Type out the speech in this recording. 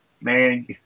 man